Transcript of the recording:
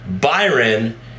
Byron